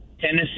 Tennessee